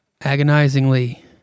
Agonizingly